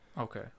Okay